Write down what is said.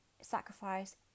sacrifice